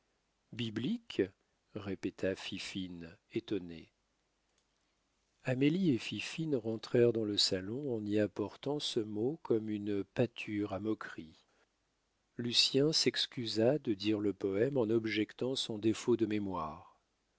biblique répéta fifine étonnée amélie et fifine rentrèrent dans le salon en y apportant ce mot comme une pâture à moquerie lucien s'excusa de dire le poème en objectant son défaut de mémoire